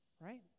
right